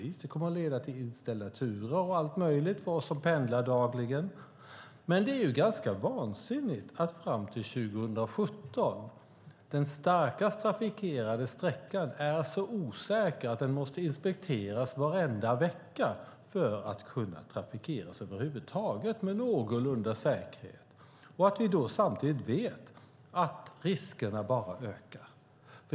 Det kommer att leda till inställda turer och allt möjligt för oss som pendlar dagligen. Det är vansinnigt att den starkast trafikerade sträckan är så osäker att den måste inspekteras varenda vecka fram till 2017 för att kunna trafikeras över huvud taget med någorlunda säkerhet. Samtidigt vet vi att riskerna bara ökar.